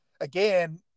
again